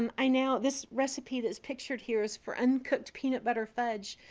um i now this recipe that's pictured here is for uncooked peanut butter fudge.